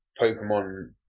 Pokemon